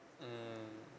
mmhmm